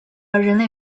人类